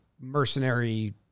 mercenary